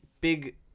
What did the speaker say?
big